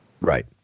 Right